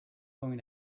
going